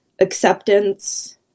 acceptance